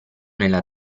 nella